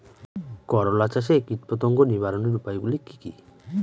করলা চাষে কীটপতঙ্গ নিবারণের উপায়গুলি কি কী?